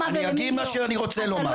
אני אגיד מה שאני רוצה לומר.